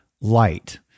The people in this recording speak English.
light